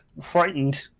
frightened